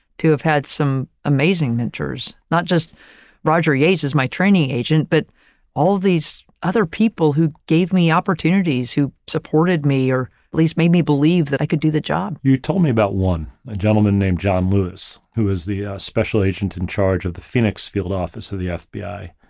to have had some amazing mentors, not just roger yates as my training agent, but all these other people who gave me opportunities, who supported me, or at least made me believe that i could do the job. you told me about one gentleman named john lewis, who is the special agent in charge of the phoenix field office of the fbi.